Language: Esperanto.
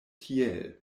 tiel